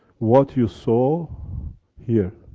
what you saw here.